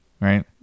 right